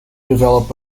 develop